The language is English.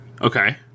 Okay